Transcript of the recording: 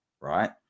right